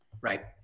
right